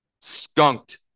skunked